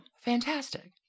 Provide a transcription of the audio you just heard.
Fantastic